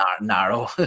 narrow